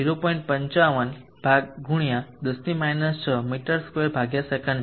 55 × 10 6 મી2 સેકંડ છે